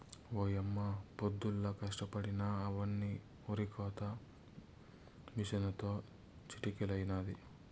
ఓయమ్మ పొద్దుల్లా కష్టపడినా అవ్వని ఒరికోత మిసనుతో చిటికలో అయినాది